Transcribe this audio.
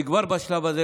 כבר בשלב הזה,